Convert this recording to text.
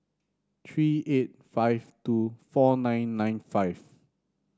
three eight five two four nine nine five